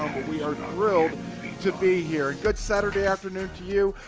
we are thrilled to be here. good saturday afternoon to you.